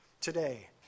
today